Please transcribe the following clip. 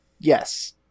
Yes